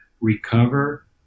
recover